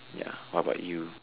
ya what about you